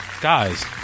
Guys